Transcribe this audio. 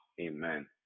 Amen